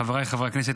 חבריי חברי הכנסת,